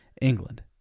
England